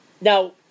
Now